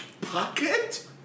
pocket